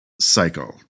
cycle